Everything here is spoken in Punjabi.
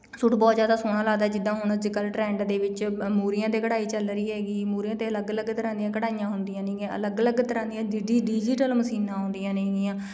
ਸੂਟ ਬਹੁਤ ਜ਼ਿਆਦਾ ਸੋਹਣਾ ਲੱਗਦਾ ਜਿੱਦਾਂ ਹੁਣ ਜੇਕਰ ਟਰੈਂਡ ਦੇ ਵਿੱਚ ਮੂਰੀਆਂ 'ਤੇ ਕਢਈ ਚੱਲ ਰਹੀ ਹੈਗੀ ਮੂਹਰੀਆਂ 'ਤੇ ਅਲੱਗ ਅਲੱਗ ਤਰ੍ਹਾਂ ਦੀਆਂ ਕਢਾਈਆਂ ਹੁੰਦੀਆਂ ਨੇਗੀਆਂ ਅਲੱਗ ਅਲੱਗ ਤਰ੍ਹਾਂ ਦੀਆਂ ਜੀਟੀ ਡਿਜੀਟਲ ਮਸ਼ੀਨਾਂ ਆਉਂਦੀਆਂ ਨੇਗੀਆਂ